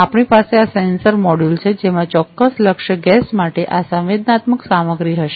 આપણી પાસે આ સેન્સર મોડ્યુલ છે જેમાં ચોક્કસ લક્ષ્ય ગેસ માટે આ સંવેદનાત્મક સામગ્રી હશે